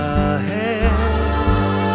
ahead